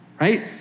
Right